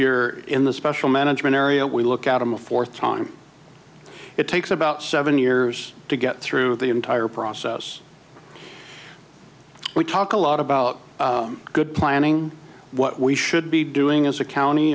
you're in the special management area we look at them a fourth time it takes about seven years to get through the entire process we talk a lot about good planning what we should be doing as a county